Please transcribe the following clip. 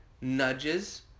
nudges